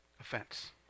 Offense